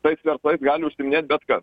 tais verslais gali užsiiminėt bet kas